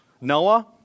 Noah